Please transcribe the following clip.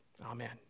Amen